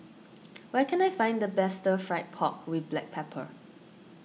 where can I find the best Fried Pork with Black Pepper